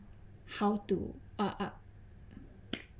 how to ah ah